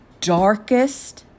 darkest